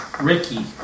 Ricky